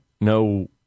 no